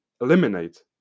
Eliminate